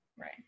Right